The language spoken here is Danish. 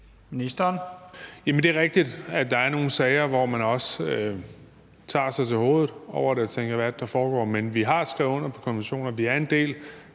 Det er rigtigt, at der er nogle sager, hvor man tager sig til hovedet over det og tænker: Hvad er det, der foregår? Men vi har skrevet under på konventionerne, og vi er en del